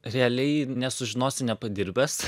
realiai nesužinosi nepadirbęs